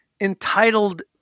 entitled